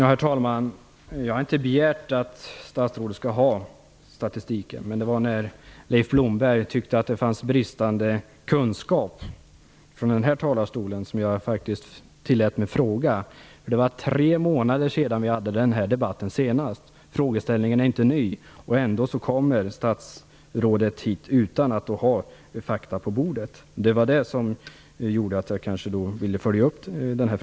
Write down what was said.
Herr talman! Jag har inte begärt att statsrådet skall ha statistiken. När Leif Blomberg tyckte att det fanns bristande kunskap tillät jag mig faktiskt ställa frågan. Det var för tre månader sedan vi senast hade en debatt i detta ämne. Frågan är inte ny. Ändå kommer statsrådet hit utan att ha fakta på bordet. Det var det som gjorde att jag ville följa upp frågan.